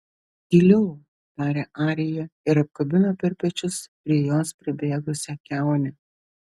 tyliau tarė arija ir apkabino per pečius prie jos pribėgusią kiaunę